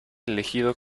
elegido